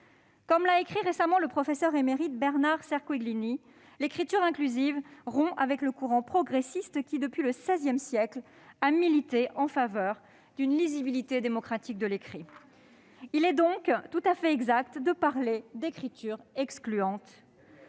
Comme l'a écrit récemment le professeur émérite Bernard Cerquiglini, l'écriture inclusive rompt avec le courant progressiste, qui, depuis le XVI siècle, milite en faveur d'une lisibilité démocratique de l'écrit. Il est donc tout à fait exact de parler d'écriture excluante.